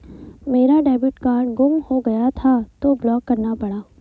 मेरा debit card गुम हो गया था तो ब्लॉक करना पड़ा